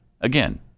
Again